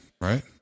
Right